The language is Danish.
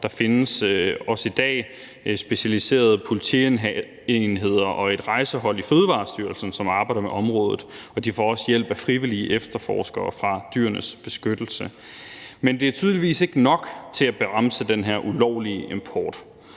der findes også i dag specialiserede politienheder og et rejsehold i Fødevarestyrelsen, som arbejder med området. De får også hjælp af frivillige efterforskere fra Dyrenes Beskyttelse. Men det er tydeligvis ikke nok til at bremse den her ulovlige import.